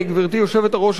גברתי היושבת-ראש,